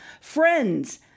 Friends